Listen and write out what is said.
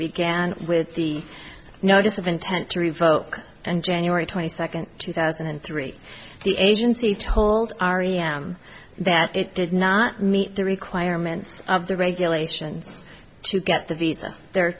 began with the notice of intent to revoke and january twenty second two thousand and three the agency told him that it did not meet the requirements of the regulations to get the visa there